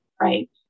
right